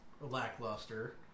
lackluster